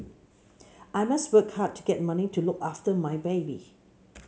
I must work hard to get money to look after my baby